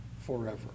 forever